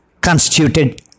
constituted